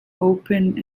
opened